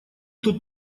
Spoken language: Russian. тут